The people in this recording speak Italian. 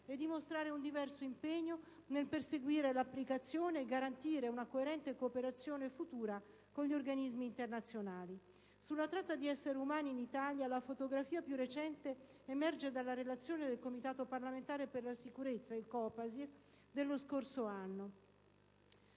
e dimostrare un diverso impegno nel perseguire l'applicazione e garantire una coerente cooperazione futura con gli organismi internazionali. Sulla tratta di esseri umani in Italia la fotografia più recente emerge dalla relazione del Comitato parlamentare per la sicurezza (il COPASIR) dello scorso anno;